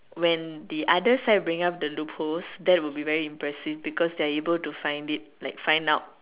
when the other side brings up the loopholes that would be very impressive because they're able to find it like find out